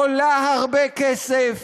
עולה הרבה כסף,